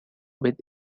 with